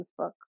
Facebook